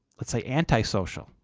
let's say, antisocial,